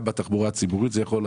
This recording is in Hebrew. גם בתחבורה הציבורית זה יכול לעזור,